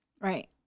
Right